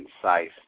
concise